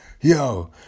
yo